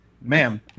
ma'am